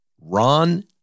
Ron